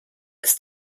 ist